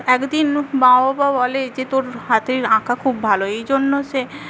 একদিন মা বাবা বলে যে তোর হাতের আঁকা খুব ভালো এই জন্য সে